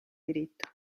diritto